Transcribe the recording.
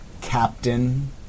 Captain